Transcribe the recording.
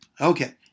Okay